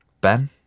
Ben